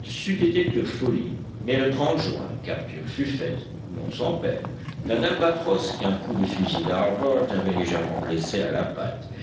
c'eut été pure folie mais le juin capture fut faite non sans peine d'un albatros qu'un coup de fusil d'harbert avait légèrement blessé à la patte